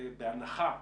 בהנחה,